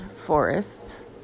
forests